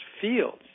fields